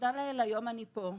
תודה לאל, היום אני פה,